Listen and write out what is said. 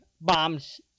bombs